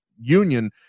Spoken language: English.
union